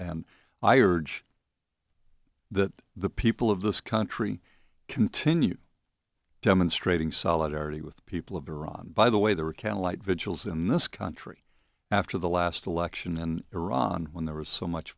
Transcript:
and i urge that the people of this country continue demonstrating solidarity with the people of iran by the way they were candlelight vigils in this country after the last election in iran when there was so much